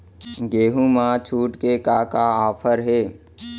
गेहूँ मा छूट के का का ऑफ़र हे?